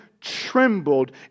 trembled